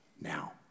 now